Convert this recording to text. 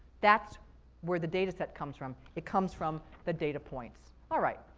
that's where the data set comes from. it comes from the data points. alright,